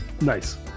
Nice